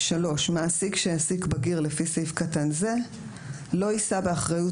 "(3) מעסיק שהעסיק בגיר לפי סעיף קטן זה לא יישא באחריות